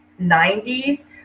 90s